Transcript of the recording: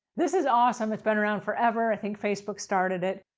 this is awesome. it's been around forever. i think facebook started it.